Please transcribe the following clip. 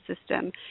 system